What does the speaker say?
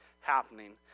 happening